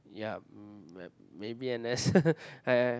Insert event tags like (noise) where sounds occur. yup mm maybe n_s (laughs)